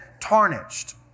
tarnished